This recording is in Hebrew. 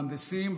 מהנדסים,